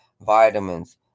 vitamins